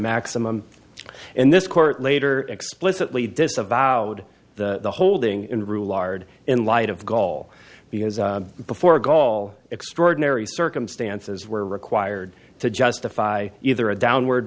maximum and this court later explicitly disavowed the holding in rule ard in light of goal because before a goal extraordinary circumstances were required to justify either a downward